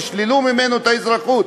ישללו ממנו את האזרחות,